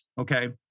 Okay